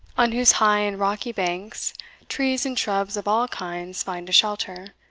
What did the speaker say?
on whose high and rocky banks trees and shrubs of all kinds find a shelter,